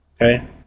Okay